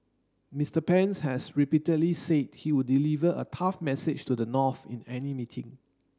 Mister Pence has repeatedly said he would deliver a tough message to the North in any meeting